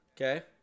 Okay